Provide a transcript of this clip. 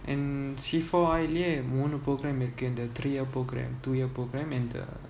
and C four I layer மூணு:moonu program இருக்கு:iruku the three year program two year program and the